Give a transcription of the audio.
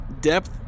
depth